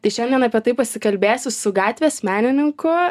tai šiandien apie tai pasikalbėsiu su gatvės menininku